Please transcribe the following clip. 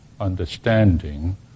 understanding